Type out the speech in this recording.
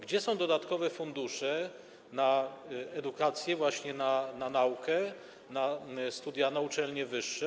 Gdzie są dodatkowe fundusze na edukację, właśnie na naukę, na studia, na uczelnie wyższe?